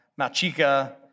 Machika